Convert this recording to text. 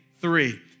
Three